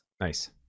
nice